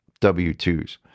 W-2s